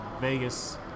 Vegas